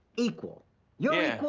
equal yeah.